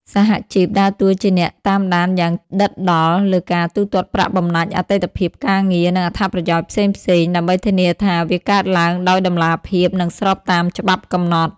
សហជីពដើរតួជាអ្នកតាមដានយ៉ាងដិតដល់លើការទូទាត់ប្រាក់បំណាច់អតីតភាពការងារ និងអត្ថប្រយោជន៍ផ្សេងៗ ដើម្បីធានាថាវាកើតឡើងដោយតម្លាភាព និងស្របតាមច្បាប់កំណត់។